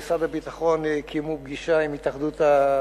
קיים משרד הביטחון פגישה עם התאחדות הקבלנים.